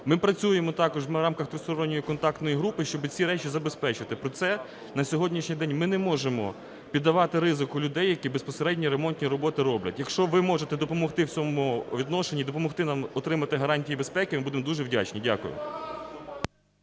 Ми працюємо також, ми в рамках Тристоронньої контактної групи, щоб ці речі забезпечити, проте на сьогоднішній день ми не можемо піддавати ризику людей, які безпосередньо ремонтні роботи роблять. Якщо ви можете допомогти в цьому відношенні, допомогти нам отримати гарантії безпеки, ми будемо дуже вдячні. Дякую.